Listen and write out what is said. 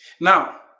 Now